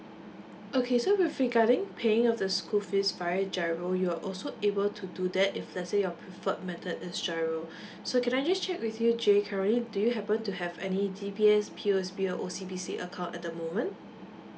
okay so with regarding paying of the school fees via GIRO you will also able to do that if let's say your preferred method is GIRO so can I just check with you jay currently do you happen to have any D_B_S P_O_S_B or O_C_B_C account at the moment